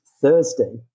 Thursday